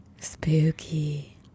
Spooky